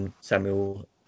Samuel